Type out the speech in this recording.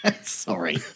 sorry